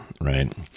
right